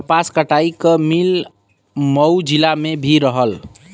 कपास कटाई क मिल मऊ जिला में भी रहल